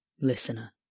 listener